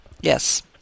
Yes